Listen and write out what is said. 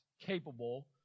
capable